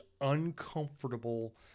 uncomfortable